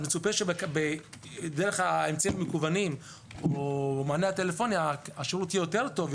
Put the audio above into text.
מצופה שדרך האמצעים המקוונים או המענה הטלפוני השירות יהיה יותר טוב,